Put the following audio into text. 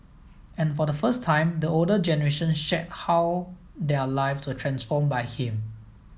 and for the first time the older generation shared how their lives were transformed by him